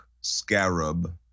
Scarab